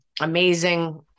Amazing